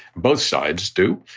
both sides do.